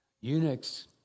Eunuchs